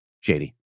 shady